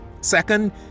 Second